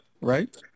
Right